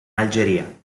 algeria